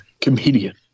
comedian